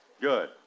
Good